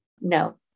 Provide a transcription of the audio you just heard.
No